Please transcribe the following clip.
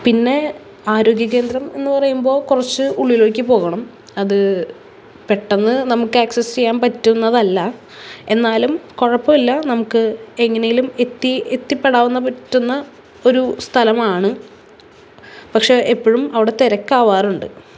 പിന്നെ ആരോഗ്യ കേന്ദ്രം എന്നു പറയുമ്പോൾ കുറച്ച് ഉള്ളിലേക്ക് പോകണം അത് പെട്ടെന്ന് നമുക്ക് എക്സസ് ചെയ്യാൻ പറ്റുന്നതല്ല എന്നാലും കുഴപ്പം ഇല്ല നമുക്ക് എങ്ങനേലും എത്തി എത്തിപ്പെടാവുന്ന പറ്റുന്ന ഒരു സ്ഥലമാണ് പക്ഷേ എപ്പോഴും അവിടെ തിരക്കാവാറുണ്ട്